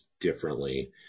differently